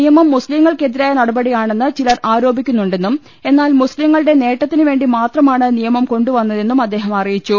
നിയമം മുസ്ലിംങ്ങൾക്കെതിരായ നടപടിയാണെന്ന് ചിലർ ആരോപിക്കുന്നുണ്ടെന്നും എന്നാൽ മുസ്തിംകളുടെ നേട്ടത്തിന് വേണ്ടി മാത്രമാണ് നിയമം കൊണ്ടുവന്നതെന്നും അദ്ദേഹം അറിയിച്ചു